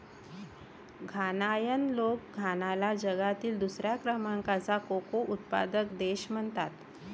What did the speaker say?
घानायन लोक घानाला जगातील दुसऱ्या क्रमांकाचा कोको उत्पादक देश म्हणतात